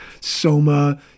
Soma